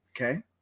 Okay